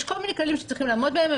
יש כל מיני כללים שצריכים לעמוד בהם.